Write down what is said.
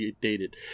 dated